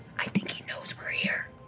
i think he knows we're here.